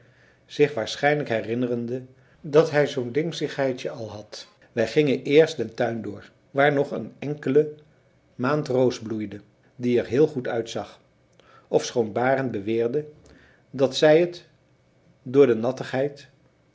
zich waarschijnlijk herinnerende dat hij zoo'n dingsigheidje al had wij gingen eerst den tuin door waar nog een enkele maandroos bloeide die er heel goed uitzag ofschoon barend beweerde dat zij het door de